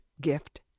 gift